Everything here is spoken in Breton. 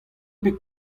bet